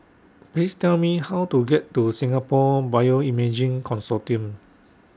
Please Tell Me How to get to Singapore Bioimaging Consortium